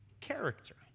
character